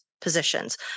positions